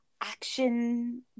action